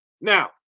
Now